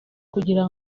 kugira